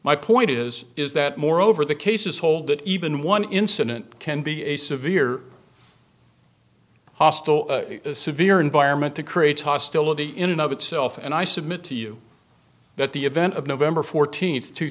my point is is that moreover the cases hold that even one incident can be a severe hostile severe environment to create hostility in and of itself and i submit to you that the event of nov fourteenth two